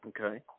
Okay